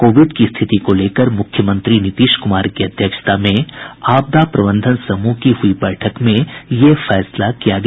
Covid की स्थिति को लेकर मुख्यमंत्री नीतीश कुमार की अध्यक्षता में आपदा प्रबंधन समूह की हुई बैठक में यह फैसला किया गया